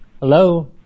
Hello